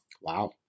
Wow